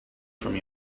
from